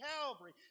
Calvary